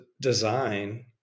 design